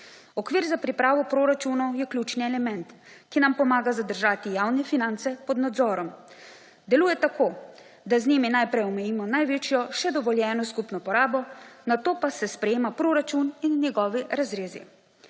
Okvir za pripravo proračunov je ključni element, ki nam pomaga zadržati javne finance pod nadzorom. Deluje tako, da z njim najprej omejimo največjo še dovoljeno skupno porabo, nato pa se sprejemajo proračun in njegovi razrezi.